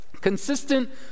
consistent